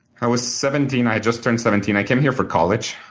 i was seventeen. i had just turned seventeen. i came here for college.